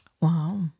Wow